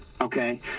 Okay